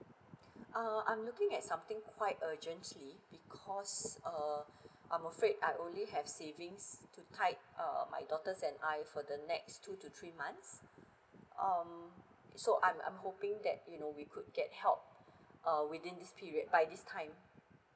uh I'm looking at something quite urgently because uh I'm afraid I'm only have savings to tied uh my daughters and I for the next two to three months um so I'm I'm hoping that you know we could get help uh within this period by this time